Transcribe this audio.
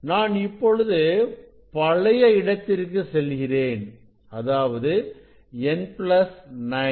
நான் இப்பொழுது பழைய இடத்திற்கு செல்கிறேன் அதாவது n பிளஸ் 9